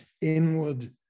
inward